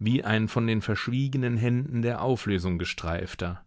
wie ein von den verschwiegenen händen der auflösung gestreifter